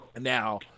Now